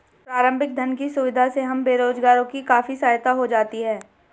प्रारंभिक धन की सुविधा से हम बेरोजगारों की काफी सहायता हो जाती है